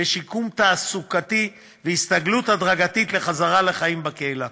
שיקום תעסוקתי והסתגלות הדרגתית לחזרה לחיים בקהילה.